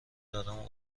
دارم